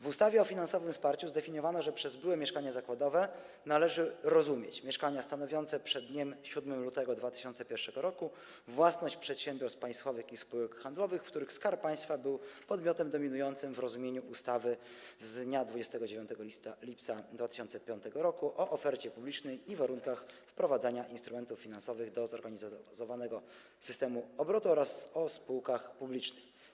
W ustawie o finansowym wsparciu zdefiniowano, że przez byłe mieszkania zakładowe należy rozumieć mieszkania stanowiące przed dniem 7 lutego 2001 r. własność przedsiębiorstw państwowych i spółek handlowych, w których Skarb Państwa był podmiotem dominujących w rozumieniu ustawy z dnia 29 lipca 2005 r. o ofercie publicznej i warunkach wprowadzania instrumentów finansowych do zorganizowanego systemu obrotu oraz o spółkach publicznych.